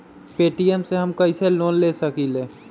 Paytm से हम कईसे लोन ले सकीले?